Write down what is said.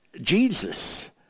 Jesus